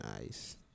nice